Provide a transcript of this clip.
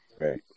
right